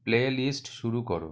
play list শুরু করো